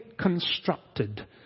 constructed